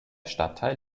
stadtteil